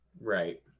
Right